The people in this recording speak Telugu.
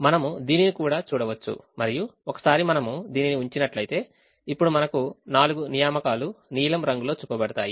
మనము దీనిని కూడా చూడవచ్చు మరియు ఒకసారి మనము దీనిని ఉంచినట్లయితే ఇప్పుడు మనకు 4 నియామకాలు నీలం రంగులో చూపబడతాయి